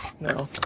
no